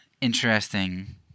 interesting